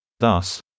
Thus